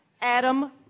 Adam